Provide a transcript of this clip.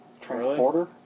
Transporter